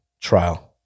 trial